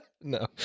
No